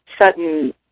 sudden